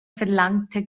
verlangte